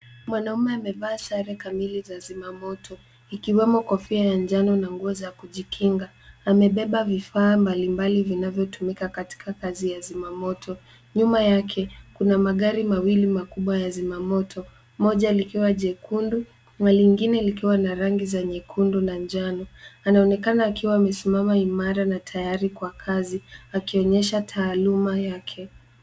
Mwanaume amevaa sare kamili za zimamoto, ikiwamo kofia ya njano na nguo za kujikinga. Amebeba vifaa mbalimbali vinavyotumika katika kazi ya zimamoto. Nyuma yake, kuna magari mawili makubwa ya zimamoto, moja likiwa jekundu na lingine likiwa na rangi za nyekundu na njano. Anaonekana akiwa amesimama imara na tayari kwa kazi, akionyesha taaluma yake.